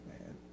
man